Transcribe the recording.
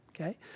okay